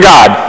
God